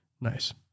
Nice